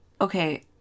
okay